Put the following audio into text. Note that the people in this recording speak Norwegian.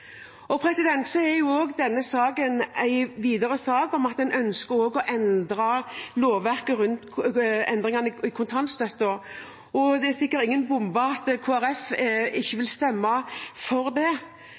Denne saken er videre en sak om at en også ønsker å endre lovverket rundt kontantstøtten. Det er sikkert ingen bombe at Kristelig Folkeparti ikke